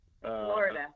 Florida